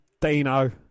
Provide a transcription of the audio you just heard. Dino